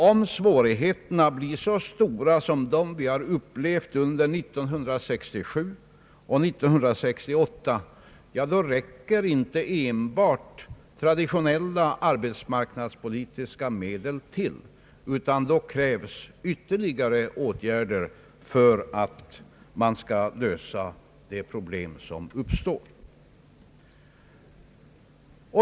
Om svårigheterna blir så stora som dem vi upplevt under 1967 och 1968, så räcker inte enbart traditionella arbetsmarknadspolitiska medel till, utan då krävs ytterligare åtgärder för att man skall kunna lösa de problem som uppstår.